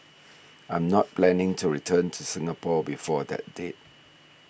I'm not planning to return to Singapore before that date